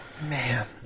man